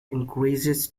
increases